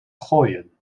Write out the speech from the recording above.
gooien